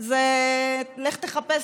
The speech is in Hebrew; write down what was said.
לך תחפש,